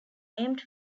named